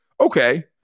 okay